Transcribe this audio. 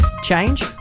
change